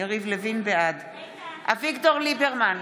אביגדור ליברמן,